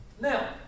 Now